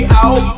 out